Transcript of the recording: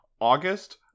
August